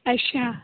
अच्छा